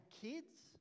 kids